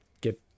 get